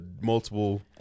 multiple